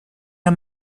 der